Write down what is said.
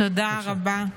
תודה רבה.